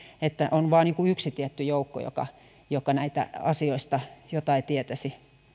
että on vain yksi tietty joukko joka joka näistä asioista jotain tietäisi